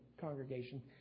congregation